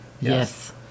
Yes